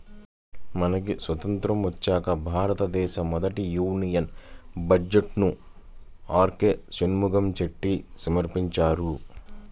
మనకి స్వతంత్రం వచ్చాక భారతదేశ మొదటి యూనియన్ బడ్జెట్ను ఆర్కె షణ్ముఖం చెట్టి సమర్పించారు